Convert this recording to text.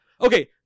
Okay